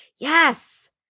Yes